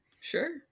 Sure